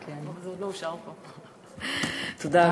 תודה.